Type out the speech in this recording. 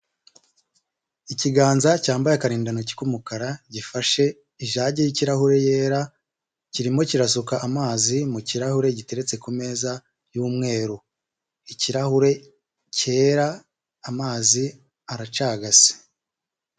Ikiganza cyambaye akarindantoki k'umukara gifashe ijage yi'kirahure yera, kirimo kirasuka amazi mu kirahure giteretse ku meza y'umweru, ikirahure cyera amazi aracagase.